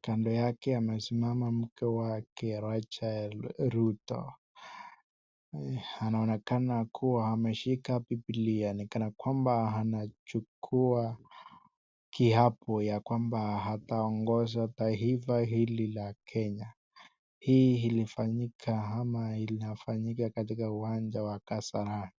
kando yake amesimama mke wake ,Rachael Ruto ,anaonekana kuwa ameshika bibilia ni kana kwamba anachukua kiapo ya kwamba ataongoza taifa la hili la Kenya .Hii ilifanyika ama inafanyika katika uwanja wa Kasarani.